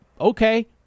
okay